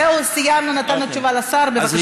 זהו, סיימנו, נתנו תשובה לשר, בבקשה.